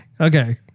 okay